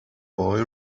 boy